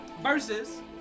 versus